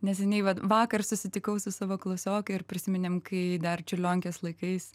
neseniai va vakar susitikau su savo klasioke ir prisiminėm kai dar čiurlionkės laikais